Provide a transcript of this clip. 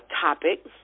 topic